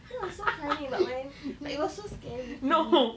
that was so funny but when it was so scary to me